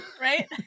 Right